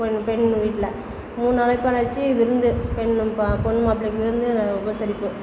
பெண் பெண் வீட்டில மூணு அழைப்பு அழைச்சி விருந்து பெண் ஒன் பா பொண்ணு மாப்பிளைக்கு விருந்து உபசரிப்பு